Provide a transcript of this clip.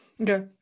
Okay